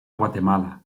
guatemala